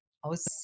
aus